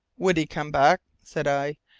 would he come back, said i,